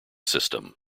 system